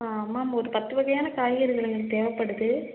ஆ ma'am ஒரு பத்து வகையான காய்கறிகள் எங்களுக்கு தேவைப்படுது